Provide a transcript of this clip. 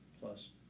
plus